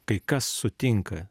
kai kas sutinka